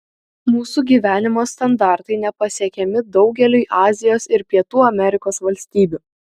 mūsų gyvenimo standartai nepasiekiami daugeliui azijos ir pietų amerikos valstybių